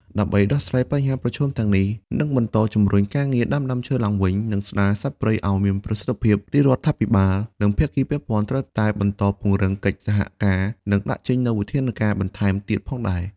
ដើម្បីដោះស្រាយបញ្ហាប្រឈមទាំងនេះ និងបន្តជំរុញការងារដាំដើមឈើឡើងវិញ និងស្ដារសត្វព្រៃឱ្យមានប្រសិទ្ធភាពរាជរដ្ឋាភិបាល និងភាគីពាក់ព័ន្ធត្រូវតែបន្តពង្រឹងកិច្ចសហការ និងដាក់ចេញនូវវិធានការបន្ថែមទៀតផងដែរ។